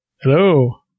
Hello